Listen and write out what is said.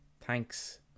thanks